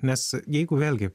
nes jeigu vėlgi